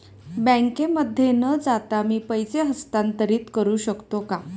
बँकेमध्ये न जाता मी पैसे हस्तांतरित करू शकतो का?